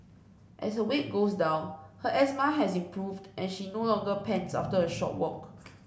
as her weight goes down her asthma has improved and she no longer pants after a short walk